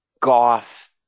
goth